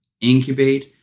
incubate